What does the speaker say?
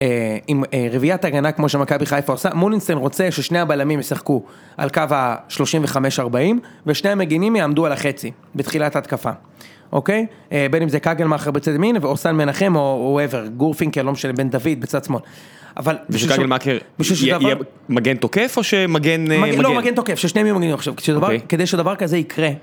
עם רביעיית הגנה כמו שמכבי חייפה עושה, מולינסטיין רוצה ששני הבעלמים ישחקו על קו ה-35-40 ושני המגינים יעמדו על החצי בתחילת ההתקפה, אוקיי? בין אם זה קגלמאכר בצד ימין וסאן מנחם או הו-אבר גורפינקל, לא משנה, בן דוד בצד שמאל. אבל, שקגלמאכר יהיה מגן תוקף או שמגן... לא, מגן תוקף, ששניהם יהיו מגנים. עכשיו כדי שדבר כזה יקרה